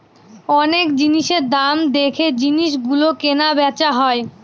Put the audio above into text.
অনেক জিনিসের দাম দেখে জিনিস গুলো কেনা বেচা হয়